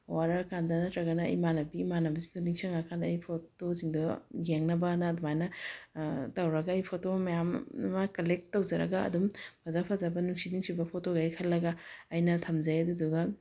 ꯋꯥꯔꯛꯑꯀꯥꯟꯗ ꯅꯠꯇ꯭ꯔꯒꯅ ꯏꯃꯥꯟꯅꯕꯤ ꯏꯃꯥꯟꯅꯕꯁꯤꯡꯗꯣ ꯅꯤꯡꯁꯤꯡꯉꯀꯥꯟꯗ ꯑꯩ ꯐꯣꯇꯣꯁꯤꯡꯗꯣ ꯌꯦꯡꯅꯕꯅ ꯑꯗꯨꯃꯥꯏꯅ ꯇꯧꯔꯒ ꯑꯩ ꯐꯣꯇꯣ ꯃꯌꯥꯝ ꯑꯃ ꯀꯜꯂꯦꯛ ꯇꯧꯖꯔꯒ ꯑꯗꯨꯝ ꯐꯖ ꯐꯖꯕ ꯅꯨꯡꯁꯤ ꯅꯨꯡꯁꯤꯕ ꯐꯣꯇꯣꯈꯩ ꯈꯜꯂꯒ ꯑꯩꯅ ꯊꯝꯖꯩ ꯑꯗꯨꯗꯨꯒ